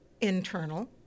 internal